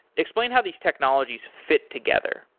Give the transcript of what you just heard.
explain how these technologies fit together,